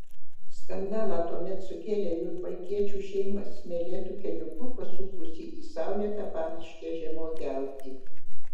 skandalą tuomet sukėlė jurbarkiečių šeima smėlėtu keliuku pasukusi į saulėtą pamiškę žemuogiauti